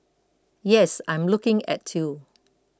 yes I'm looking at you